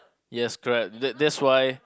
yes correct that that's why